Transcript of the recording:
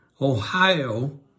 Ohio